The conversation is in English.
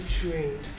trained